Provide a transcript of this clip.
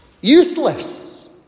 Useless